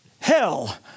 hell